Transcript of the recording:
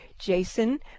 Jason